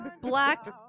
black